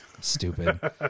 Stupid